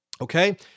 okay